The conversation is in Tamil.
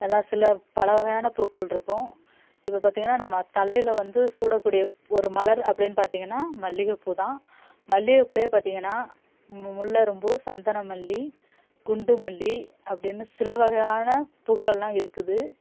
எல்லா சில பல வகையான பூக்கள்ருக்கும் இப்போ பார்த்தீங்கன்னா நம்ம தலையில் வந்து சூடக்கூடிய ஒரு மலர் அப்படின்னு பார்த்தீங்கன்னா மல்லிகைப்பூதான் மல்லிகைப்பூலே பார்த்தீங்கன்னா மு முல்லைரும்பு சந்தன மல்லி குண்டு மல்லி அப்படின்னு சில வகையான பூக்கள்லாம் இருக்குது